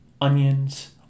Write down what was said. onions